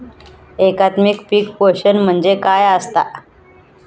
एकात्मिक पीक पोषण म्हणजे काय असतां?